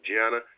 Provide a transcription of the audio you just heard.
Gianna